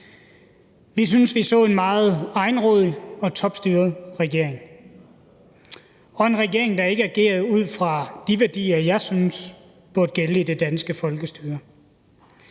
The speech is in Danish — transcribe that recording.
Vi synes, at vi så en meget egenrådig og topstyret regering og en regering, der ikke agerede ud fra de værdier, jeg synes burde gælde i det danske folkestyre.